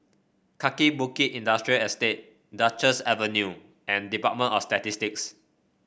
Kaki Bukit Industrial Estate Duchess Avenue and Department of Statistics